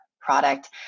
product